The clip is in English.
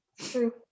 True